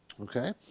Okay